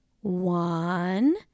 One